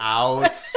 out